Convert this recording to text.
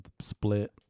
split